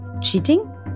cheating